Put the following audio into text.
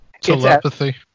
Telepathy